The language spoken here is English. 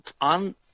on